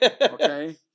Okay